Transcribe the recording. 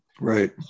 Right